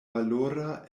valora